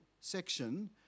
section